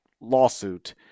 lawsuit